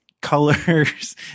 colors